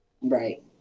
Right